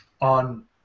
on